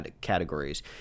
categories